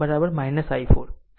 આમ મને તે કરવા દો